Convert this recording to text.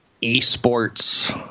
e-sports